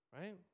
right